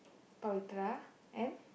Pavithra and